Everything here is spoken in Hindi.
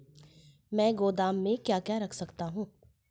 मैं गोदाम में क्या क्या रख सकता हूँ?